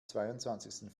zweiundzwanzigsten